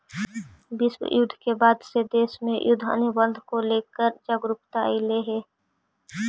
विश्व युद्ध के बाद से देश में युद्ध अनुबंध को लेकर जागरूकता अइलइ हे